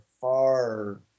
far –